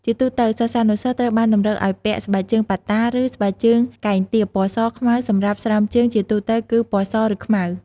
ជាទូទៅសិស្សានុសិស្សត្រូវបានតម្រូវឱ្យពាក់ ស្បែកជើងប៉ាត់តាឬ ស្បែកជើងកែងទាប ពណ៌ស ខ្មៅ សម្រាប់ស្រោមជើងជាទូទៅគឺ ពណ៌ស ឬ ខ្មៅ។